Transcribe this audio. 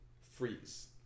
freeze